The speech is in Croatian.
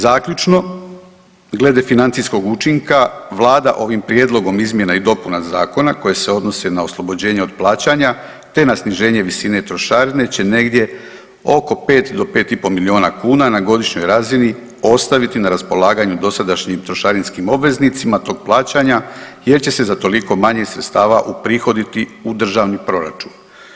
Zaključno, glede financijskog učinka vlada ovim prijedlogom izmjena i dopuna zakona koje se odnose na oslobođenje od plaćanja, te na sniženje visine trošarine će negdje oko 5 do 5,5 milijuna kuna na godišnjoj razini ostaviti na raspolaganju dosadašnjim trošarinskim obveznicima tog plaćanja jer će se za toliko manje sredstava uprihoditi u državni proračun.